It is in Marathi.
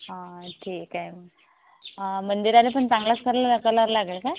हं ठीक आहे मंदिराला पण चांगलाच कलर कलर लागेल का